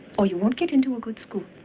or you won't get into a good school.